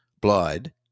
blood